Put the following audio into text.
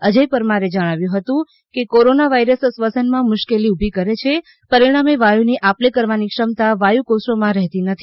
અજય પરમારે જણાવ્યું હતું કે કોરોના વાઇરસ શ્વસનમાં મુશ્કેલી ઊભી કરે છે પરિણામે વાયુની આપ લે કરવાની ક્ષમતા વાયુકોષોમાં રહેતી નથી